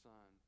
Son